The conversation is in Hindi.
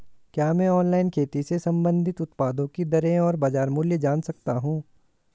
क्या मैं ऑनलाइन खेती से संबंधित उत्पादों की दरें और बाज़ार मूल्य जान सकता हूँ?